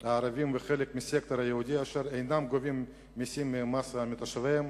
הערביים וחלק מהסקטור היהודי אשר אינם גובים מסים ומים מתושביהם